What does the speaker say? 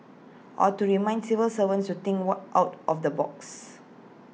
or to remind civil servants to think what out of the box